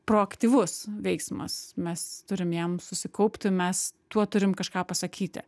proaktyvus veiksmas mes turim jam susikaupti mes tuo turim kažką pasakyti